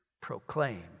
proclaim